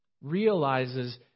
realizes